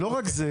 לא רק זה